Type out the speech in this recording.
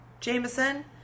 Jameson